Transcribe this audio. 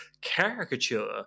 caricature